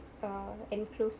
uh enclosed